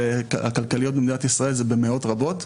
הכלכליות במדינת ישראל זה במאות רבות,